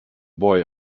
boy